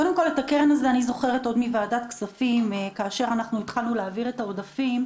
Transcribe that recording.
את הקרן הזו אני זוכרת מוועדת הכספים כאשר התחלנו להעביר את העודפים.